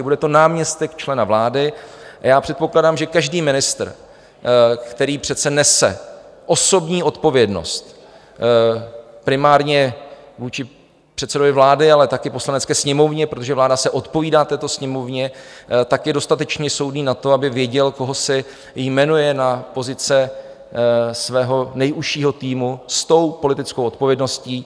Bude to náměstek člena vlády a já předpokládám, že každý ministr, který přece nese osobní odpovědnost primárně vůči předsedovi vlády, ale také Poslanecké sněmovně, protože vláda se odpovídá této sněmovně, je dostatečně soudný na to, aby věděl, koho si jmenuje na pozice svého nejužšího týmu s politickou odpovědností.